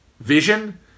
vision